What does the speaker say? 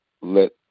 let